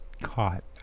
caught